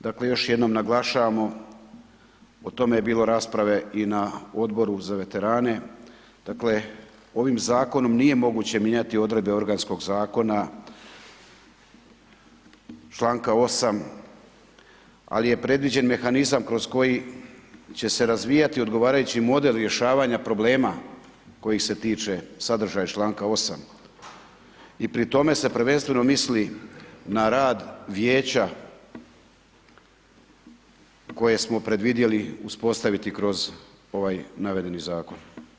Dakle još jednom naglašavamo o tome je bilo rasprave i na Odboru za veterane, dakle ovim zakonom nije moguće mijenjati odredbe organskog zakona članka 8., ali je predviđen mehanizam kroz koji će se razvijati odgovarajući model rješavanja problema kojih se tiče sadržaj članka 8. i pri tome se prvenstveno misli na rad vijeća koje smo predvidjeli uspostaviti kroz ovaj navedeni zakon.